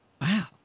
Wow